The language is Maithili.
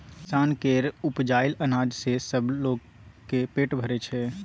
किसान केर उपजाएल अनाज सँ लोग सबक पेट भरइ छै